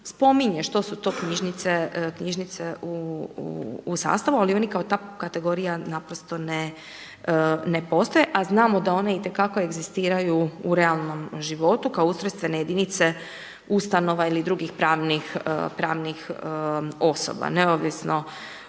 spominje što su to knjižnice u sastavu, ali oni kao ta kategorija naprosto ne postoje, a znamo da oni itekako egzistiraju u realnom životu kao ustrojstvene jedinice ustanova ili drugih pravnih osoba, neovisno